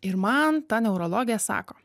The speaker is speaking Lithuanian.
ir man ta neurologė sako